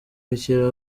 rekera